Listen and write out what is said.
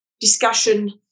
discussion